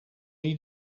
die